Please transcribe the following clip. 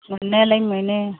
मोननायालाय मोनो